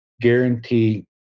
guarantee